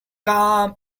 calm